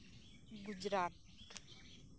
Gujarat